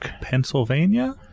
Pennsylvania